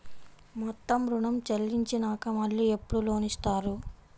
మొత్తం ఋణం చెల్లించినాక మళ్ళీ ఎప్పుడు లోన్ ఇస్తారు?